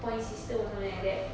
point system or something like that